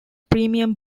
premium